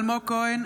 אלמוג כהן,